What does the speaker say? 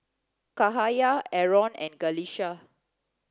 Cahaya Aaron and Qalisha